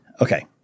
Okay